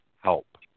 help